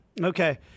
okay